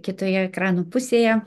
kitoje ekrano pusėje